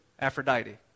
Aphrodite